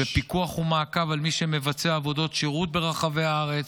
בפיקוח ומעקב על מי שמבצע עבודות שירות ברחבי הארץ,